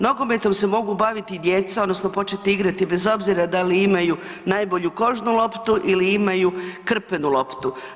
Nogometom se mogu baviti i djeca odnosno početi igrati bez obzira da li imaju najbolju kožnu loptu ili imaju krpenu loptu.